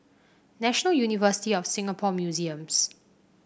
National University of Singapore Museums